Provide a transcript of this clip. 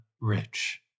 rich